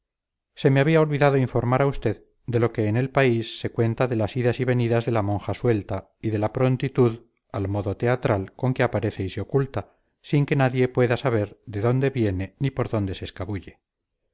se me había olvidado informar a usted de lo que en el país se cuenta de las idas y venidas de la monja suelta y de la prontitud al modo teatral con que aparece y se oculta sin que nadie pueda saber de dónde viene ni por dónde se escabulle